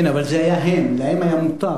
כן, אבל זה היה הם, להם היה מותר.